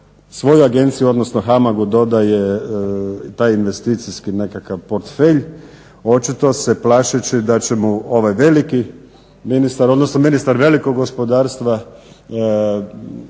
svoju agenciju odnosno HAMAG taj investicijski nekakav portfelj, očito se plašeći da će mu ovaj veliki ministar odnosno ministar velikog gospodarstva